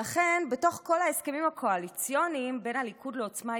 בתוך כל ההסכמים הקואליציוניים בין הליכוד לעוצמה יהודית,